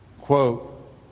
quote